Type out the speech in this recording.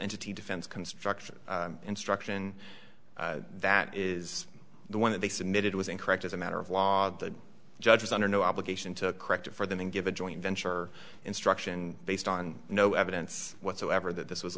entity defense construction instruction that is the one that they submitted was incorrect as a matter of law the judge is under no obligation to correct for them and give a joint venture instruction based on no evidence whatsoever that this was a